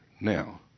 Now